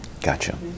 Gotcha